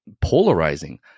polarizing